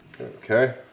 Okay